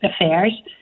affairs